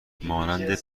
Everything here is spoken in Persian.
مانند